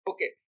Okay